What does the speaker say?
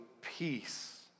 peace